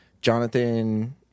Jonathan